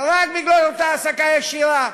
רק בגלל אותה העסקה ישירה,